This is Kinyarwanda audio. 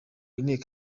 inteko